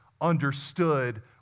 understood